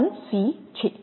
1 c છે